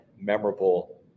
memorable